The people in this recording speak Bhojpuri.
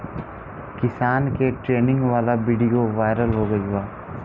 किसान के ट्रेनिंग वाला विडीओ वायरल हो गईल बा